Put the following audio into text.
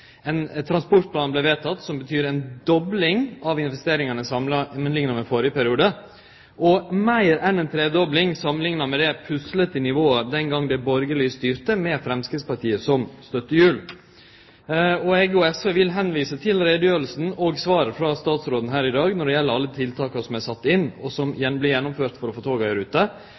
Ein transportplan vart vedteken, som betyr ei dobling av investeringane samanlikna med førre periode og meir enn ei tredobling samanlikna med det puslete nivået den gongen dei borgarlege styrte med Framstegspartiet som støttehjul. Eg og SV vil vise til utgreiinga og svaret frå statsråden her i dag når det gjeld alle tiltaka som er sette inn, og som vart gjennomførte for å få